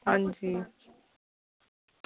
हां जी